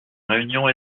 réunion